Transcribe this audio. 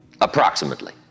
Approximately